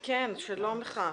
שעה 10:35) שלום לך,